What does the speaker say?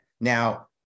Now